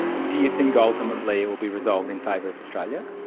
do you think ultimately it will be resolved in favour of australia?